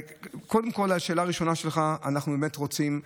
קודם כול, לשאלה הראשונה שלך, אנחנו באמת רוצים.